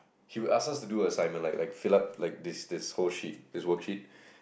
he would ask us to do assignment like like fill up like this this whole sheet this worksheet